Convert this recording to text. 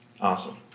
Awesome